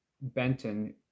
Benton